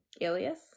alias